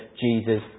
Jesus